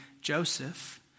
Joseph